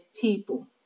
people